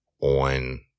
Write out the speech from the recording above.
on